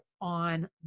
on